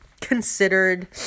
considered